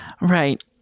Right